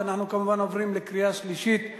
ואנחנו, כמובן, עוברים לקריאה שלישית.